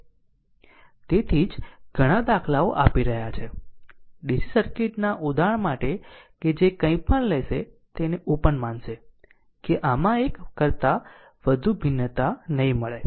તેથી તેથી જ ઘણાં દાખલાઓ આપી રહ્યા છે DC સર્કિટ ના ઉદાહરણ માટે કે જે કંઈ પણ લેશે તેને ઓપન માનશે કે આમાં એક કરતાં વધુ ભિન્નતા નહીં મળે